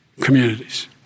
communities